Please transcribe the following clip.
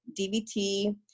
DVT